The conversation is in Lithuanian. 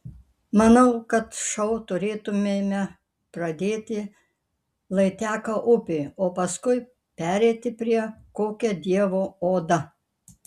manau kad šou turėtumėme pradėti lai teka upė o paskui pereiti prie kokia dievo oda